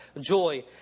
joy